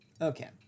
Okay